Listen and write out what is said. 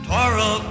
Toro